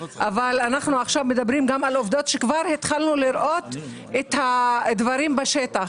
אבל אנחנו עכשיו מדברים גם על עובדות שכבר התחלנו לראות את הדברים בשטח,